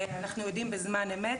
אנחנו יודעים בזמן אמת.